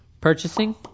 Purchasing